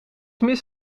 mis